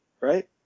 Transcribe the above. right